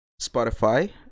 Spotify